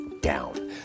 down